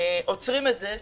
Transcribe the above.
ונעצרים על-ידי כחול לבן.